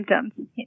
symptoms